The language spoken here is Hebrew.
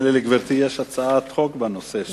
נדמה לי שלגברתי יש הצעת חוק בנושא.